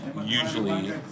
Usually